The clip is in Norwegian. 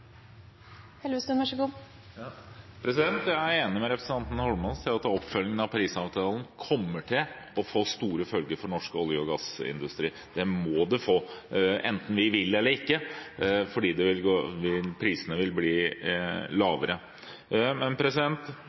Holmås i at oppfølgingen av Paris-avtalen kommer til å få store følger for norsk olje- og gassindustri. Det må det – enten vi vil det eller ikke – fordi prisene vil